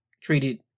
treated